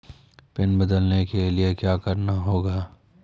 Pin बदलने के लिए क्या करना होगा?